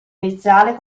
iniziale